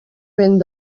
vent